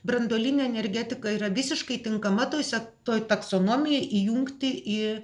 branduolinė energetika yra visiškai tinkama tose toj taksonomijoj įjungti į